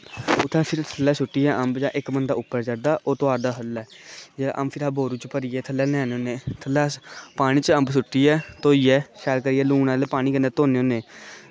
ते इक्क बंदा थल्लै ते इक्क बंदा उप्पर चढ़दा ओह् तुआरदा थल्लै ते अम्ब दा थैला भरियै अस थल्ले लेई आने होने ते थल्ले अस पानी च अम्ब सुट्टियै धोइयै शैल करियै लूनै च पानी कन्नै धोने होने